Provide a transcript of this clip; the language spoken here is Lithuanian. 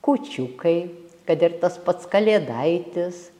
kūčiukai kad ir tas pats kalėdaitis